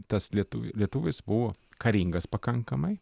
tas lietuvių lietuvis buvo karingas pakankamai